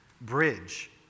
bridge